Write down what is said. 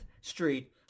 Street